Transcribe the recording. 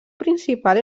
principal